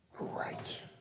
Right